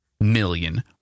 million